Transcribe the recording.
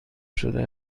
شده